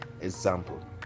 example